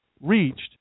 reached